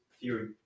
theory